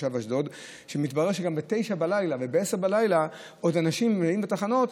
כתושב אשדוד: מתברר שגם ב-21:00 וב-22:00 אנשים עוד ממלאים את התחנות.